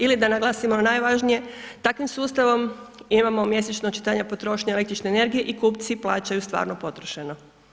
Ili da naglasim ono najvažnije takvim sustavom imamo mjesečno očitanja potrošnje električne energije i kupci plaćaju stvarno potrošeno.